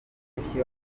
n’ibindi